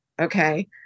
okay